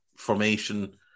formation